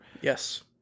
Yes